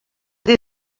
des